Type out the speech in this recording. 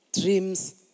dreams